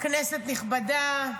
כנסת נכבדה,